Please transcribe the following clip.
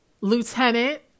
Lieutenant